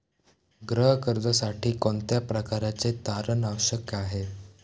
गृह कर्जासाठी कोणत्या प्रकारचे तारण आवश्यक आहे?